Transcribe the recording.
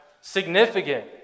significant